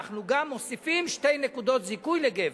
אנחנו גם מוסיפים שתי נקודות זיכוי לגבר.